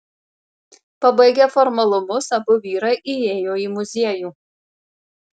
pabaigę formalumus abu vyrai įėjo į muziejų